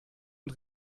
und